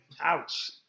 Ouch